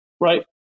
right